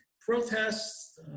protests